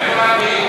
איפה לפיד?